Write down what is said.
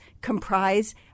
comprise